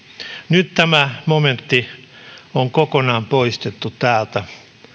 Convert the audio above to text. nyt tämä momentti on kokonaan poistettu täältä